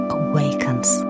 awakens